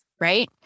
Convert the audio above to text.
Right